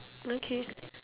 okay